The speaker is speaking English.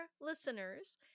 listeners